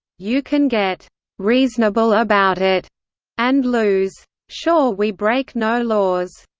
you can get reasonable about it and lose. sure we break no laws.